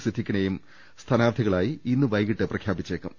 സിദ്ധീഖി നെയും സ്ഥാനാർഥികളായി ഇന്നു വൈകീട്ട് പ്രഖ്യാപിച്ചേക്കും